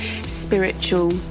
spiritual